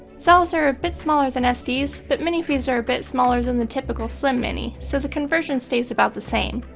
zaolls are a bit smaller than sds, but minifees are a bit smaller than the typical slim mini, so the conversion stays about the same.